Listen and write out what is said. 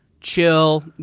chill